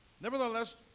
Nevertheless